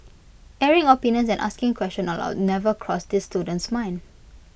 airing opinions and asking questions aloud never crossed this student's mind